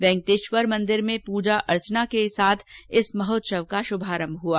वैंकटेश्वर मंदिर में पूजा अर्चना के साथ इस महोत्सव का शुभारंभ हुआ